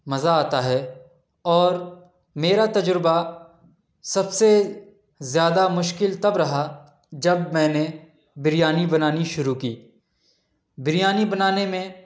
مزہ آتا ہے اور میرا تجربہ سب سے زیادہ مشکل تب رہا جب میں نے بریانی بنانی شروع کی بریانی بنانے میں